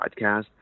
podcast